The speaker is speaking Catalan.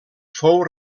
fou